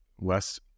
less